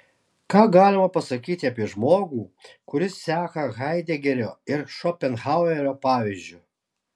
ką galima pasakyti apie žmogų kuris seka haidegerio ir šopenhauerio pavyzdžiu